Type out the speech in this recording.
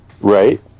Right